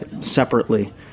separately